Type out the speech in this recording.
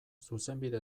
zuzenbide